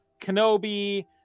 Kenobi